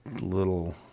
little